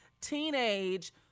teenage